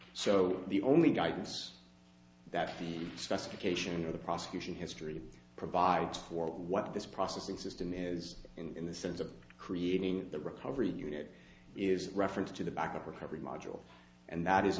so the only guidance that the specification of the prosecution history provides for what this processing system is in the sense of creating the recovery unit is reference to the backup recovery module and that is